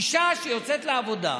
אישה שיוצאת לעבודה,